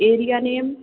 area name